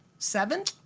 seven?